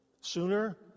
sooner